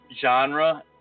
genre